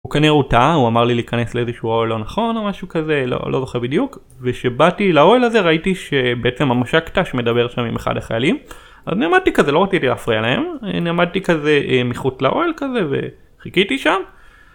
הוא כנראה הוטה הוא אמר לי להיכנס לאיזשהו אוהל לא נכון או משהו כזה, לא, לא זוכר בדיוק ושבאתי לאוהל הזה ראיתי שבעצם המש"ק ת"ש מדבר שם עם אחד החיילים אז נעמדתי כזה לא רציתי להפריע להם נעמדתי כזה מחוץ לאוהל כזה וחיכיתי שם